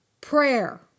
Prayer